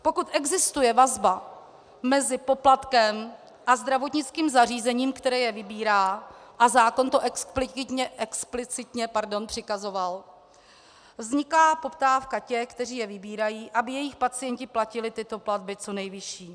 Pokud existuje vazba mezi poplatkem a zdravotnickým zařízením, které je vybírá, a zákon to explicitně přikazoval, vzniká poptávka těch, kteří je vybírají, aby jejich pacienti platili tyto platby co nejvyšší.